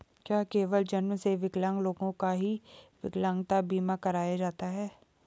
क्या केवल जन्म से विकलांग लोगों का ही विकलांगता बीमा कराया जाता है?